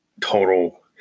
total